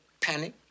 panic